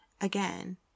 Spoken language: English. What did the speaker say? again